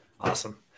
Awesome